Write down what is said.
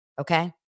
Okay